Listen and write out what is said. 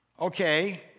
Okay